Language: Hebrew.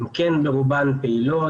הן כן ברובן פעילות,